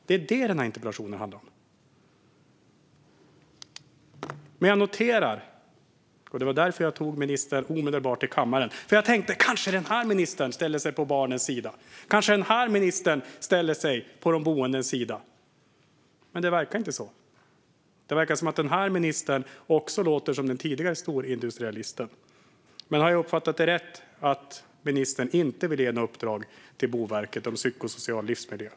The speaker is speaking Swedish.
Det är det den här interpellationen handlar om. Jag tog omedelbart ministern till kammaren, för jag tänkte: Kanske den här ministern ställer sig på barnens sida! Kanske den här ministern ställer sig på de boendes sida! Men det verkar inte så. Det verkar som att den här ministern låter som den tidigare storindustrialisten. Har jag uppfattat det rätt att ministern inte vill ge Boverket några uppdrag om psykosocial livsmiljö?